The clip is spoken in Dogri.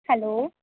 हैलो